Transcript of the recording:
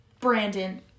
Brandon